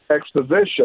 exposition